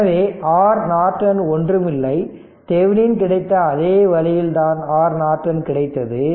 எனவே R Norton ஒன்றுமில்லை தெவெனின கிடைத்த அதே வழியில் தான் R நார்டன் கிடைத்தது